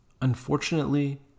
unfortunately